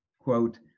quote